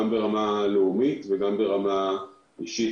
גם ברמה הלאומית וגם ברמה האישית.